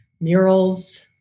murals